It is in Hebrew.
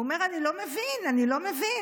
והוא אומר: אני לא מבין, אני לא מבין.